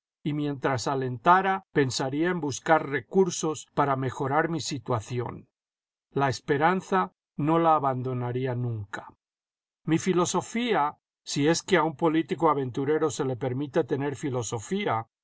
y mientras alentara pensaría en buscar recursos para mejorar mi situación la esperanza no la abandonaría nunca mi filosofía si es que a un político aventurero se le permite tener filosofía